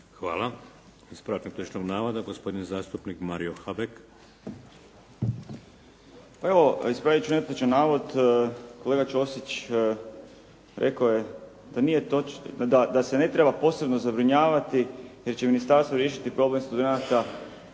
Hvala. Ispravak netočnog navoda, gospodin zastupnik Mario Habek. **Habek, Mario (SDP)** Evo, ispravit ću netočan navod. Kolega Ćosić rekao je da se ne treba posebno zabrinjavati jer će ministarstvo riješiti problem studenata